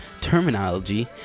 terminology